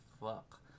fuck